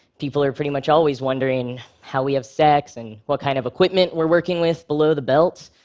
people are pretty much always wondering how we have sex and what kind of equipment we're working with below the belt.